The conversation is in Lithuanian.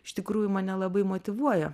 iš tikrųjų mane labai motyvuoja